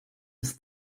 ist